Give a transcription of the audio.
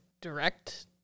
direct